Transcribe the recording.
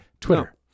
Twitter